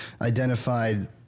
identified